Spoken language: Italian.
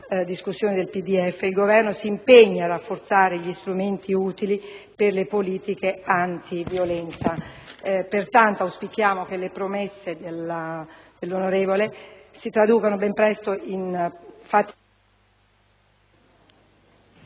il Governo si impegni a rafforzare gli strumenti utili per le politiche antiviolenza.